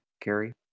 Carrie